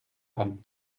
femme